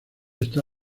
está